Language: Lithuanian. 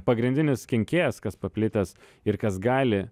pagrindinis kenkėjas kas paplitęs ir kas gali